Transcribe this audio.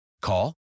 Call